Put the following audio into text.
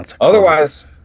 Otherwise